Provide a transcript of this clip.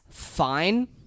fine